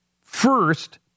first